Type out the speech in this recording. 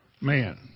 man